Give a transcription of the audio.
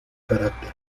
carácter